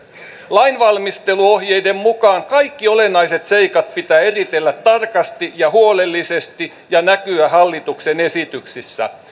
lainvalmisteluohjeiden mukaan kaikki olennaiset seikat pitää eritellä tarkasti ja huolellisesti ja näkyä hallituksen esityksissä